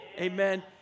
amen